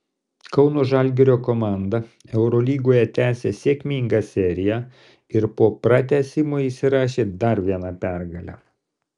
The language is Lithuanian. kauno žalgirio komanda eurolygoje tęsią sėkmingą seriją ir po pratęsimo įsirašė dar vieną pergalę